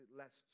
less